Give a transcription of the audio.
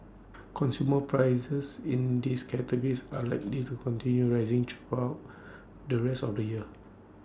consumer prices in these categories are likely to continue rising throughout the rest of the year